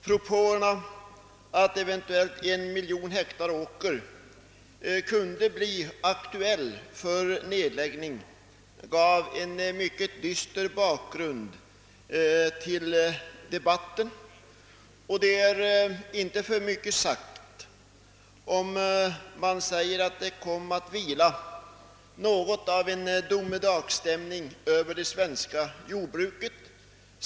Propåerna att en miljon hektar åker eventuellt kunde komma att läggas igen gav en mycket dyster bakgrund till debatten. Det är inte för mycket sagt att det kom att vila en domedagsstämning över det svenska jordbruket.